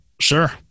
Sure